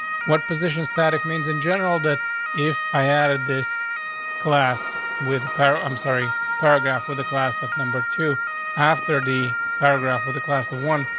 what position? static means in general that if i added this class with the paradigm sorry paragraph with a class of number two after the paragraph with a class of one,